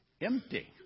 empty